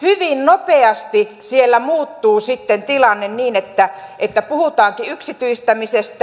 hyvin nopeasti siellä muuttuu sitten tilanne niin että puhutaankin yksityistämisestä